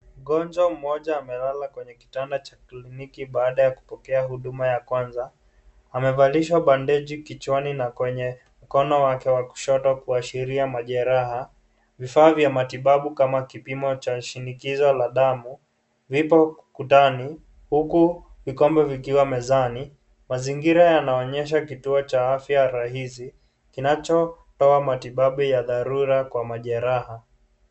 Mgonjwa mmoja amelala kwenye kitanda cha kliniki baada ya kupokea huduma ya kwanza, amevalishwa bandeji kichwani na kwenye mkono wake wa kushoto kuashilia majeraha, vifaa vya matibabu kama vile kupimo cha shinikizo la damu, viko kutani, huku vikombe vikombe vikiwa mezani, mazingira yanaonyesha kituo cha afya rahisi, kinacho toa matibabu ya darura kwa majeraha.